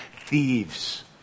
thieves